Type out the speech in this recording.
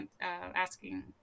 asking